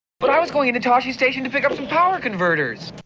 but i was going into tosche station to pick up some power converters!